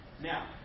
now